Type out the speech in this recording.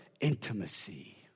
intimacy